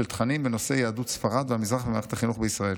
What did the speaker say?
של תכנים בנושאי יהדות ספרד והמזרח במערכת החינוך בישראל.